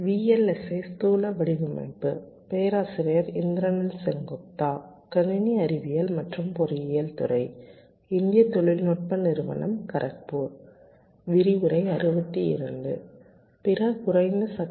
மீண்டும் வருக